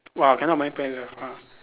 !wah! cannot Marine Parade ah !wah!